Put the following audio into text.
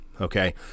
Okay